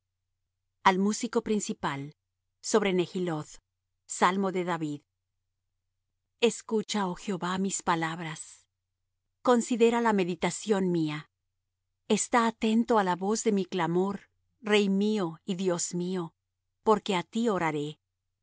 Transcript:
al músico principal sobre nehiloth salmo de david escucha oh jehová mis palabras considera la meditación mía está atento á la voz de mi clamor rey mío y dios mío porque á ti oraré